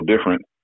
different